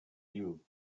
you